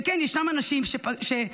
שכן ישנם אנשים שפשעו,